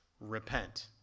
repent